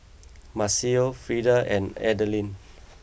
Maceo Freeda and Adaline